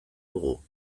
dugu